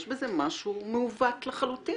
יש בזה משהו מעוות לחלוטין.